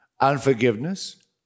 unforgiveness